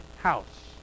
house